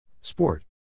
sport